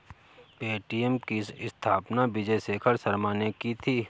Paytm की स्थापना विजय शेखर शर्मा ने की थी